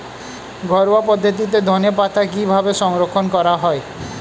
ঘরোয়া পদ্ধতিতে ধনেপাতা কিভাবে সংরক্ষণ করা হয়?